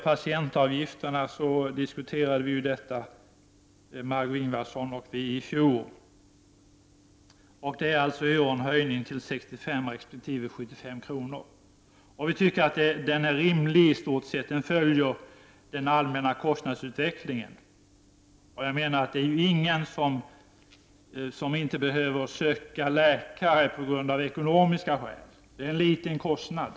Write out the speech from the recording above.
Patientavgifterna diskuterade Margö Ingvardsson och vi i fjol. I år görs en höjning till 65 resp. 75 kr. Vi tycker att den höjningen i stort sett är rimlig. Den följer den allmänna kostnadsutvecklingen. Jag menar att det inte finns någon som inte kan söka läkare av ekonomiska skäl. Det är en liten kostnad.